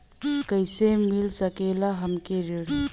कइसे मिल सकेला हमके ऋण?